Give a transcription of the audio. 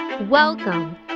Welcome